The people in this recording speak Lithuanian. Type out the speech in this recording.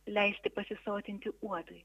leisti pasisotinti uodui